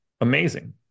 Amazing